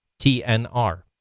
TNR